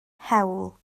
hewl